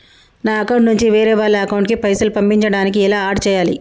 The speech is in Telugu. నా అకౌంట్ నుంచి వేరే వాళ్ల అకౌంట్ కి పైసలు పంపించడానికి ఎలా ఆడ్ చేయాలి?